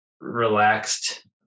relaxed